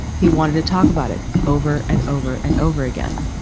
he wanted to talk about it over and over and over again.